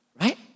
Right